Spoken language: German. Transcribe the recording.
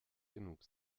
genug